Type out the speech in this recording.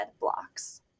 blocks